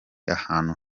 ahantu